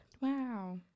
Wow